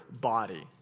body